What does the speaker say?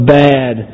bad